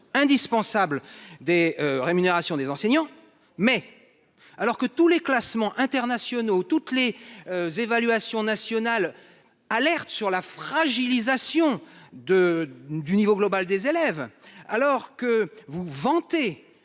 indispensable des rémunérations des enseignants. Mais alors que tous les classements internationaux toutes les. Évaluations nationales, alerte sur la fragilisation de du niveau global des élèves, alors que vous vanter